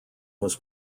was